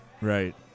Right